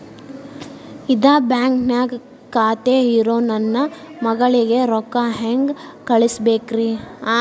ಇದ ಬ್ಯಾಂಕ್ ನ್ಯಾಗ್ ಖಾತೆ ಇರೋ ನನ್ನ ಮಗಳಿಗೆ ರೊಕ್ಕ ಹೆಂಗ್ ಕಳಸಬೇಕ್ರಿ?